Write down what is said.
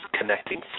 connecting